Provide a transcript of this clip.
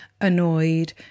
annoyed